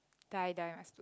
die die must do